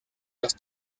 los